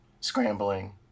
scrambling